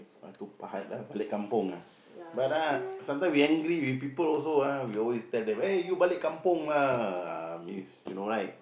Batu-Pahat lah balik kampung ah but ah sometimes we angry with people also ah we always tell them eh you balik kampung lah ah is you know right